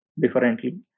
differently